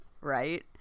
right